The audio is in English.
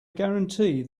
guarantee